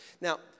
Now